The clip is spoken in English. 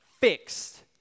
fixed